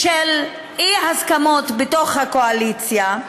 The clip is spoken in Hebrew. בשל אי-הסכמות בתוך הקואליציה,